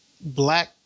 Black